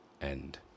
End